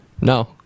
No